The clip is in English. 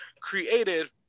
created